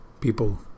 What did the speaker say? People